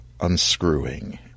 unscrewing